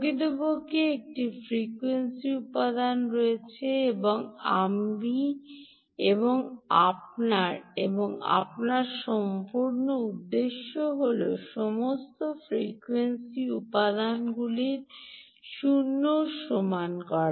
প্রকৃতপক্ষে একটি ফ্রিকোয়েন্সি উপাদান রয়েছে এবং আমি এবং আপনার এবং আপনার সম্পূর্ণ উদ্দেশ্য হল সমস্ত ফ্রিকোয়েন্সি উপাদানগুলি 0 এর সমান করা